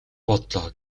бодлоо